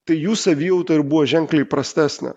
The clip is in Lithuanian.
tai jų savijauta ir buvo ženkliai prastesnė